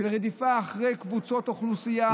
של רדיפה אחרי קבוצות אוכלוסייה.